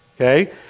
okay